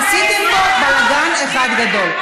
עשיתם פה בלגן אחד גדול.